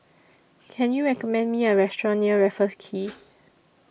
Can YOU recommend Me A Restaurant near Raffles Quay